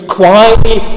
quietly